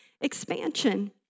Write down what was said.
expansion